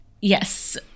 yes